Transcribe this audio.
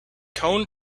cone